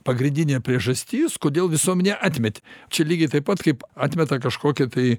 pagrindinė priežastis kodėl visuomenė atmetė čia lygiai taip pat kaip atmeta kažkokią tai